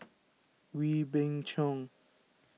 Wee Beng Chong